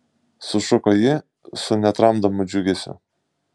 sušuko ji su netramdomu džiugesiu